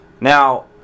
Now